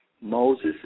Moses